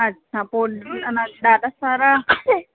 अच्छा पोइ अञां ॾाढा सारा